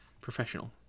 Professional